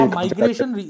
migration